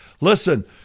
listen